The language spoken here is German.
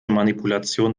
manipulation